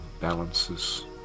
balances